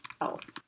else